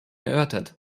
erörtert